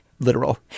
Literal